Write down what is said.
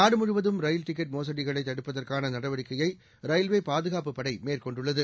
நாடு முழுவதும் rail ticket மோசடிகளைத் தடுப்பதற்கான நடவடிக்கையை ரயில்வே பாதுகாப்பு படை மேற்கொண்டுள்ளது